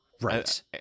right